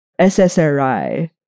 SSRI